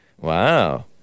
Wow